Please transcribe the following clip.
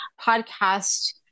podcast